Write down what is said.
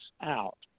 out